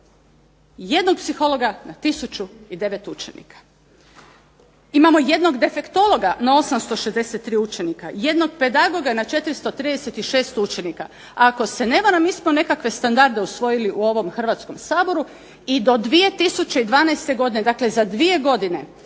Jednog psihologa na 1009 učenika. Imamo jednog defektologa na 863 učenika, jednog pedagoga na 436 učenika. Ako se ne varam mi smo nekakve standarde usvojili u ovom Hrvatskom saboru i do 2012. godine, dakle za 2 godine,